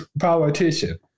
politician